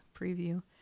preview